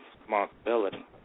responsibility